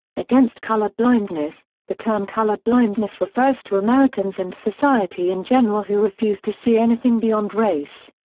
against colorblindness the term colorblindness refers to americans and society in general who refuse to see anything beyond race.